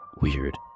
weird